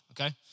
okay